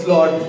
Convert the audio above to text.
Lord